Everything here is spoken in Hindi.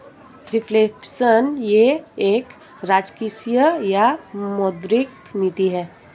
रिफ्लेक्शन यह एक राजकोषीय या मौद्रिक नीति है